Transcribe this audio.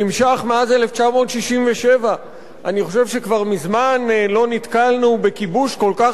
שנמשך מאז 1967. אני חושב שכבר מזמן לא נתקלנו בכיבוש כל כך